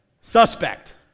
Suspect